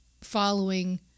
following